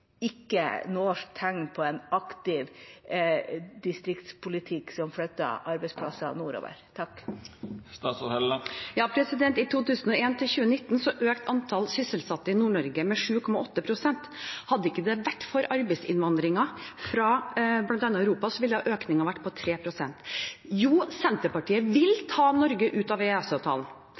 ikke noe tegn til en aktiv distriktspolitikk som flytter arbeidsplasser nordover. I perioden 2001–2019 økte antall sysselsatte i Nord-Norge med 7,8 pst. Hadde det ikke vært for arbeidsinnvandringen fra bl.a. Europa, ville økningen vært på 3 pst. Jo, Senterpartiet vil ta Norge ut av